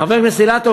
חבר הכנסת אילטוב,